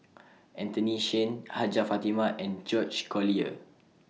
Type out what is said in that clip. Anthony Chen Hajjah Fatimah and George Collyer